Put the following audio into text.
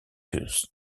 pus